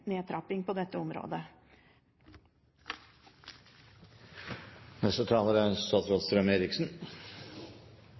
nedtrapping på dette området.